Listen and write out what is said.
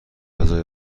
فضای